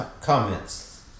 comments